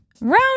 Round